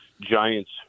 giants